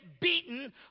beaten